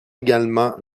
également